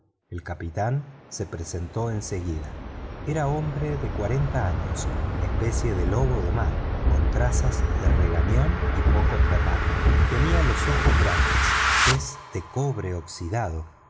el capitán se presentó en seguida era hombre de cuarenta años especie de lobo de mar con trazas de regañón y poco tratable tenía ojos grandes tez de cobre oxidado